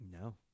No